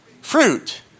Fruit